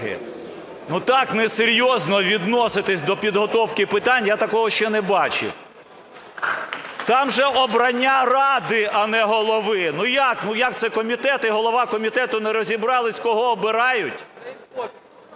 так несерйозно відноситесь до підготовки питань, я такого ще не бачив! Там же обрання ради, а не голови. Як, як це комітет і голова комітету не розібралися, кого обирають?